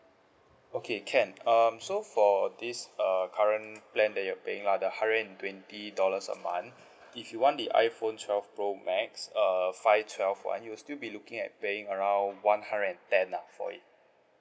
okay can um so for this err current plan that you're paying lah the hundred and twenty dollars a month if you want the iphone twelve pro max err five twelve [one] you'll still be looking at paying around one hundred and ten lah for it